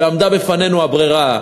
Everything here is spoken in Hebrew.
ועמדה בפנינו הברירה,